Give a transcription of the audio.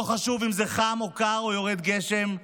לא חשוב אם חם או קר ויורד גשם,